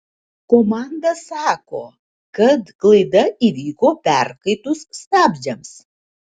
komanda sako kad klaida įvyko perkaitus stabdžiams